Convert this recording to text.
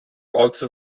also